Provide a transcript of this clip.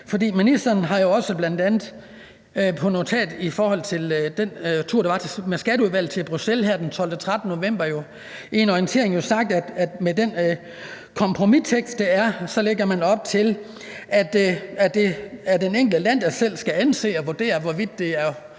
Ministeren har jo bl.a. i forhold til den tur, der var med Skatteudvalget til Bruxelles her den 12.-13. november, i en orientering sagt, at med den kompromistekst, der er, lægger man op til, at det er det enkelte land, der selv skal anse og vurdere, hvorvidt det er